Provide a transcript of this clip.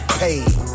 paid